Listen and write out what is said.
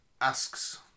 asks